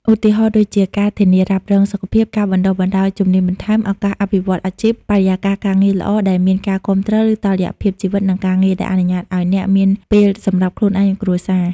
ឧទាហរណ៍ ដូចជា ការធានារ៉ាប់រងសុខភាព ការបណ្ដុះបណ្ដាលជំនាញបន្ថែម ឱកាសអភិវឌ្ឍន៍អាជីព បរិយាកាសការងារល្អ ដែលមានការគាំទ្រ ឬ តុល្យភាពជីវិត និងការងារ ដែលអនុញ្ញាតឲ្យអ្នកមានពេលសម្រាប់ខ្លួនឯង និងគ្រួសារ?